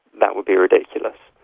that would be ridiculous.